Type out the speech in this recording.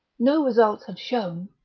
no results had shown.